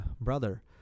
brother